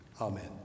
amen